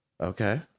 Okay